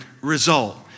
result